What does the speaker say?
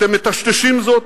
אתם מטשטשים זאת,